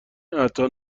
اعطا